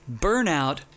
burnout